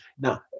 Now